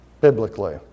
biblically